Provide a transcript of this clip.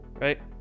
right